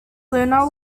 lunar